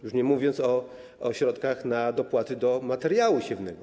Już nie mówię o środkach na dopłaty do materiału siewnego.